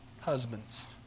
husbands